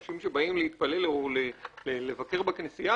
אנשים שבאים להתפלל או לבקר בכנסייה,